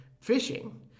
fishing